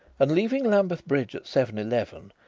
and leaving lambeth bridge at seven-eleven,